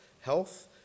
health